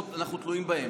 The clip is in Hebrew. פה אנחנו תלויים בהם.